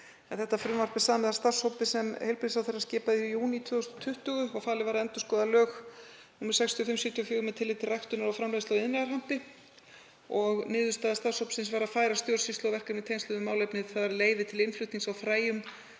Þetta frumvarp er samið af starfshópi sem heilbrigðisráðherra skipaði í júní 2020 og falið var að endurskoða lög nr. 65/1974 með tilliti til ræktunar og framleiðslu á iðnaðarhampi. Niðurstaða starfshópsins var að færa stjórnsýslu og verkefni í tengslum við málefnið, þ.e. leyfi til innflutnings á fræjum